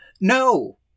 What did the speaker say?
no